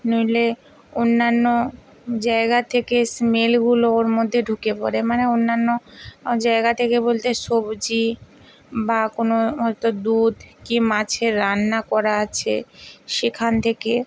নইলে অন্যান্য জায়গা থেকে স্মেলগুলো ওর মধ্যে ঢুকে পড়ে মানে অন্যান্য জায়গা থেকে বলতে সবজি বা কোনো হয়তো দুধ কী মাছের রান্না করা আছে সেখান থেকে